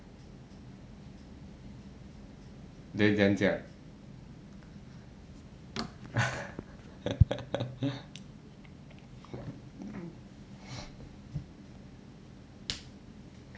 then 怎样讲